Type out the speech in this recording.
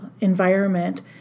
environment